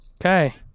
Okay